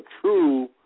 true